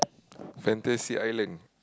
Fantasy-Island